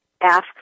ask